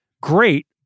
Great